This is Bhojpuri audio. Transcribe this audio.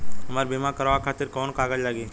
हमरा बीमा करावे खातिर कोवन कागज लागी?